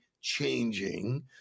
changing